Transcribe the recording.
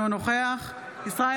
אינו נוכח יולי